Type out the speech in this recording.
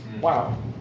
wow